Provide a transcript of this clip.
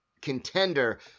contender